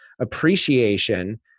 Appreciation